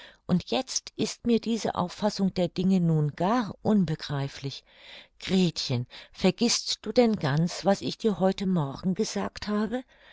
und jetzt ist mir diese auffassung der dinge nun gar unbegreiflich gretchen vergißt du denn ganz was ich dir heute morgen gesagt habe